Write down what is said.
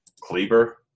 Kleber